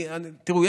תראו,